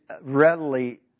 readily